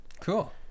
Cool